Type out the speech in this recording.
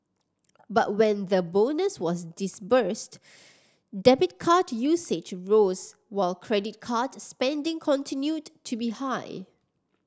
but when the bonus was disbursed debit card usage rose while credit card spending continued to be high